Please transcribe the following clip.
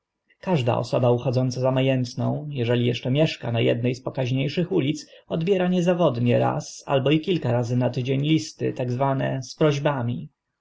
każda osoba uchodząca za ma ętną eżeli eszcze mieszka na edne z pokaźnie szych ulic odbiera niezawodnie raz albo i kilka razy na tydzień listy tak zwane z prośbami